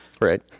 Right